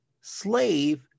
slave